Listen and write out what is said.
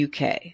UK